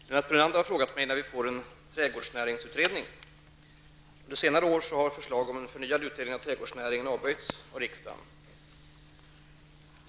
Herr talman! Lennart Brunander har frågat mig när vi får en trädgårdsnäringsutredning. Under senare år har förslag om en förnyad utredning av trädgårdsnäringen avböjts av riksdagen.